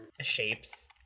shapes